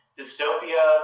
dystopia